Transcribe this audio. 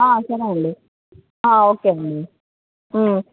సరే అండి ఓకే అండి